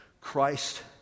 Christ